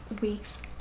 weeks